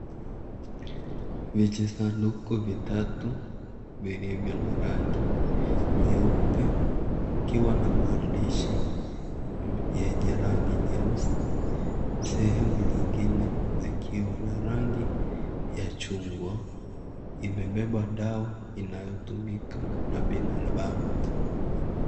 Vijisanduku vitatu, vilivyo na na rangi nyeupe, vikiwa na maandishi yenye, rangi nyeusi. Sehamu nyingine zikiwa na rangi ya chungwa. Imebeba dawa inayotumika na bina alibamu.